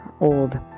old